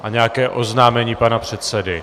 A nějaké oznámení pana předsedy...